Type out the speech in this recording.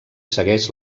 segueix